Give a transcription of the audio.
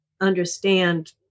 understand